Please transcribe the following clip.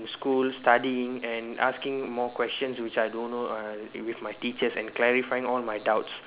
school studying and asking more questions which I don't know uh with my teachers and clarifying all my doubts